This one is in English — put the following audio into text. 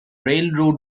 railroad